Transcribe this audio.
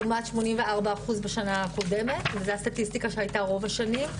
לעומת 84 אחוז בשנה הקודמת זו הסטטיסטיקה שהייתה רוב השנים,